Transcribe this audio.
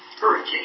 hurricane